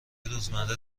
روزمره